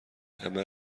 همه